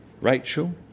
Rachel